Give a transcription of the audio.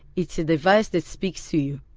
it's a device that speaks to you.